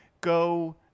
go